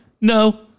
No